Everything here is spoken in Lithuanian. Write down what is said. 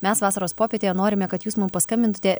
mes vasaros popietėje norime kad jūs mum paskambintutė